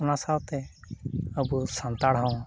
ᱚᱱᱟ ᱥᱟᱶᱛᱮ ᱟᱵᱚ ᱥᱟᱱᱛᱟᱲ ᱦᱚᱸ